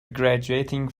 graduating